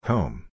Home